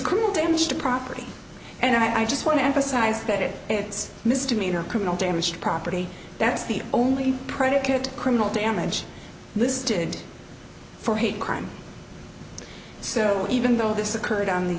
cool damage to property and i just want to emphasize that it's misdemeanor criminal damage property that's the only predicate criminal damage listed for a hate crime so even though this occurred on the